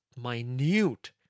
minute